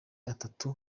atatu